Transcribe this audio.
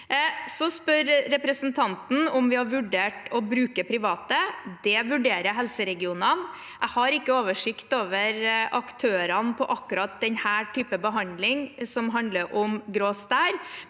økonomi. Representanten spør om vi har vurdert å bruke private. Det vurderer helseregionene. Jeg har ikke oversikt over aktørene innen akkurat den typen behandling som handler om grå stær,